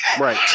Right